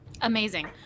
Amazing